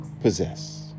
possess